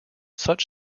such